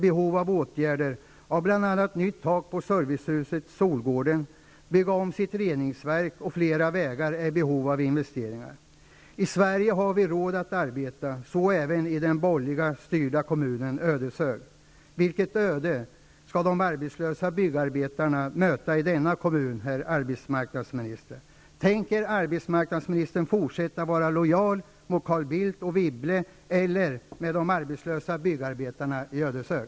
Man är där i behov av nytt tak på servicehuset Solgården, man behöver bygga om sitt reningsverk, och flera av vägarna i orten är i behov av investeringar. I Sverige har vi råd att arbeta. Så även i den borgerligt styrda kommunen Ödeshög. Vilket öde skall de arbetslösa byggarbetarna möta i denna kommun, herr arbetsmarknadsminister? Tänker arbetsministern fortsätta att vara lojal mot Carl Bildt och Anne Wibble eller mot de arbetslösa byggarbetarna i Ödeshög?